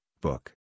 book